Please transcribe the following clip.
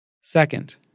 Second